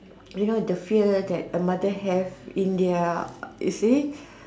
you know the fear that a mother have in there you see